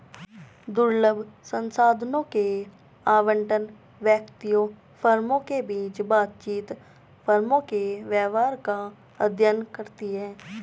दुर्लभ संसाधनों के आवंटन, व्यक्तियों, फर्मों के बीच बातचीत, फर्मों के व्यवहार का अध्ययन करती है